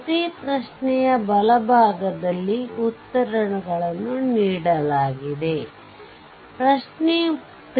ಪ್ರತಿ ಪ್ರಶ್ನೆಯ ಬಲ ಭಾಗದಲ್ಲಿ ಉತ್ತರಗಳನ್ನು ನೀಡಲಾಗಿದೆ ಪ್ರಶ್ನೆ 3